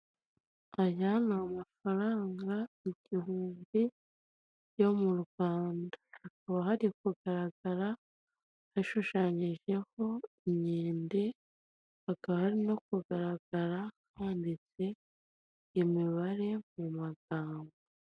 Aya ni amafaranaga igihumbi yo mu Rwanda hakaba hari kugaragara hashushanyijeho inkende, hakaba hari no kugaragara handitse imibare mu magambo.